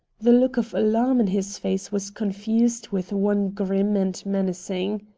the look of alarm in his face was confused with one grim and menacing.